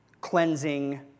cleansing